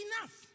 enough